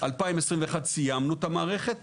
2021 סיימנו את המערכת.